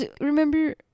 Remember